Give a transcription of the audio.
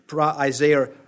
Isaiah